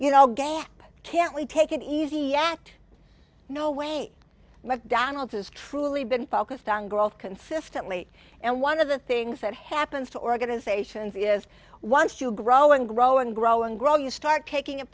you know gap can't we take it easy act no way mcdonald's has truly been focused on growth consistently and one of the things that happens to organizations is once you grow and grow and grow and grow you start taking it